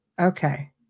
Okay